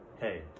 Hey